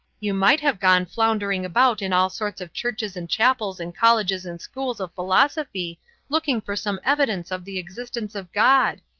you might have gone floundering about in all sorts of churches and chapels and colleges and schools of philosophy looking for some evidence of the existence of god.